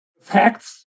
facts